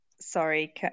Sorry